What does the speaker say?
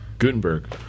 Gutenberg